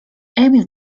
emil